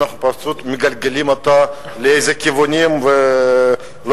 פשוט מגלגלים אותה לכיוונים אחרים.